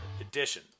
edition